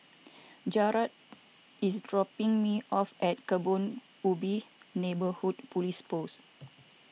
Jarad is dropping me off at Kebun Ubi Neighbourhood Police Post